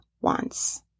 wants